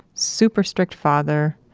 super strict father,